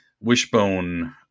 Wishbone